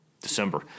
December